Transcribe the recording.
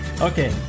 Okay